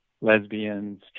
lesbians